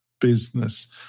business